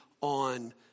on